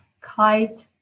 kite